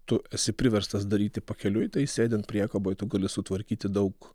tu esi priverstas daryti pakeliui tai sėdint priekaboj tu gali sutvarkyti daug